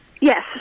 Yes